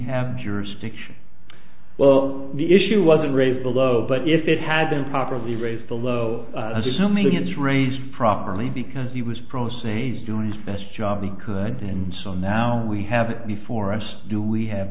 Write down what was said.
have jurisdiction well the issue wasn't raised below but if it had been properly raised below or something it's raised properly because he was proces doing his best job he could and so now we have before us do we have